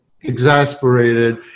exasperated